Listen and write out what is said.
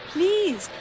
Please